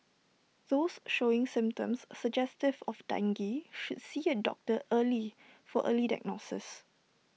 those showing symptoms suggestive of dengue should see A doctor early for early diagnosis